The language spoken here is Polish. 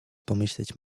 pomyśleć